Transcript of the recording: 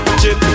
chip